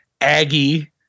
Aggie